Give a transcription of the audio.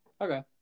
okay